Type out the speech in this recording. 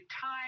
time